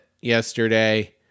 yesterday